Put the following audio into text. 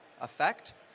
effect